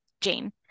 jane